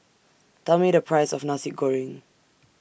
Tell Me The Price of Nasi Goreng